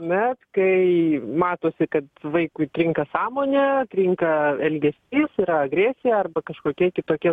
net kai matosi kad vaikui trinka sąmonė trinka elgesys yra agresija arba kažkokie kitokie